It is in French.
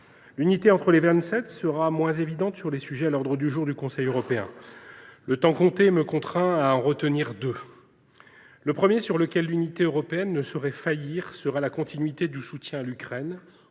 L’unité entre les vingt sept sera moins évidente sur les sujets à l’ordre du jour du Conseil européen : le temps compté me contraint à en retenir deux. Le premier sujet sur lequel l’unité européenne ne saurait faillir est la continuité du soutien à l’Ukraine,